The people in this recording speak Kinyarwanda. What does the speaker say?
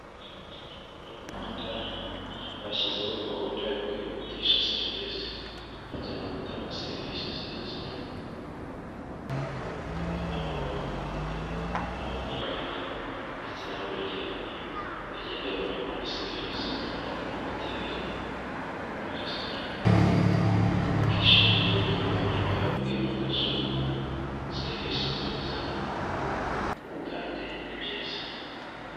U Rwanda rwashyizeho gahunda yo kwihutisha serivisi ndetse no gutanga serivisi zinoze , aho abanyarwanda ndetse n'abarugenda bagenda banyurwa na serivisi babona mu mahoteli , mu maresitora bakishimira uburyo u Rwanda rwimakaje serivisi nziza kandi ni byiza.